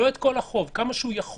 לא את כל החוב אלא כמה שהוא יכול.